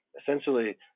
essentially